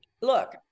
look